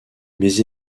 mes